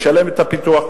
לשלם את הפיתוח,